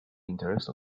interests